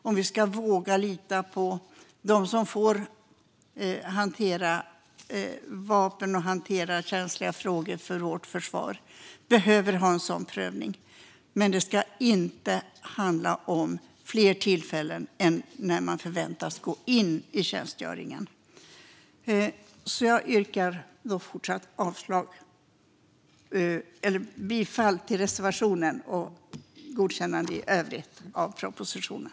Om vi ska våga lita på dem som får hantera vapen och känsliga frågor inom vårt försvar behöver de genomgå en sådan prövning - men det ska inte handla om fler tillfällen än när de förväntas gå in i tjänstgöringen. Jag yrkar alltså bifall till reservationen och i övrigt bifall till propositionen.